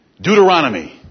Deuteronomy